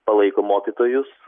palaiko mokytojus